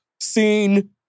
seen